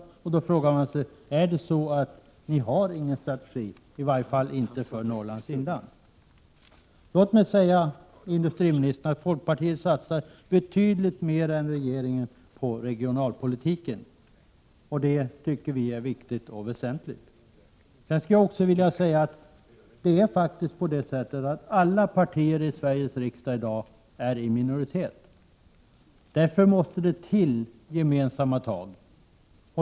Jag måste då fråga: Är det så att ni inte har någon strategi, i varje fall för Norrlands inland? Låt mig, herr industriminister, säga att folkpartiet satsar betydligt mer än regeringen på regionalpolitiken. Det tycker vi är viktigt och väsentligt. Det är faktiskt så att alla partier i Sveriges riksdag i dag är i minoritet. Därför måste det till gemensamma tag.